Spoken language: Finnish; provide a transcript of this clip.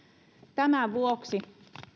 tämän vuoksi